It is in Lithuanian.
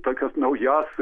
tokias naujas